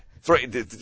Three